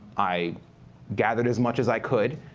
i gathered as much as i could,